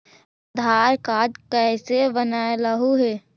आधार card कईसे बनैलहु हे?